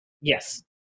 Yes